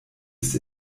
ist